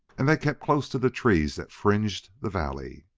and they kept close to the trees that fringed the valley.